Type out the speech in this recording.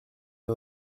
les